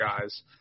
guys